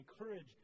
encourage